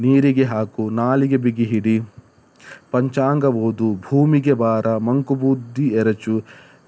ನೀರಿಗೆ ಹಾಕು ನಾಲಿಗೆ ಬಿಗಿಹಿಡಿ ಪಂಚಾಂಗ ಓದು ಭೂಮಿಗೆ ಭಾರ ಮಂಕು ಬೂದಿ ಎರಚು